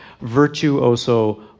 virtuoso